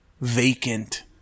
Vacant